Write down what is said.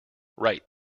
right